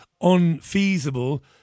unfeasible